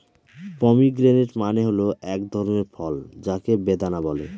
pomegranate মানে হল এক ধরনের ফল যাকে বেদানা বলে